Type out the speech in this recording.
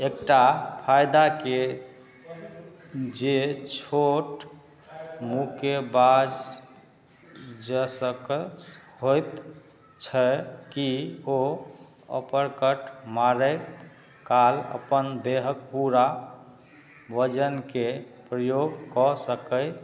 एकटा फैदाके जे छोट मुक्केबाज ज स क होएत छै कि ओ अपरकट मारैत काल अपन देहके पूरा वजनके प्रयोग कऽ सकै